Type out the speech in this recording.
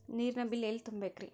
ನೇರಿನ ಬಿಲ್ ಎಲ್ಲ ತುಂಬೇಕ್ರಿ?